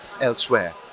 elsewhere